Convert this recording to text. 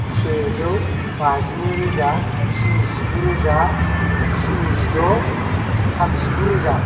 सेजौ बाजिनै रोजा स्निजिगु रोजा स्निजिद' थामजिगु रोजा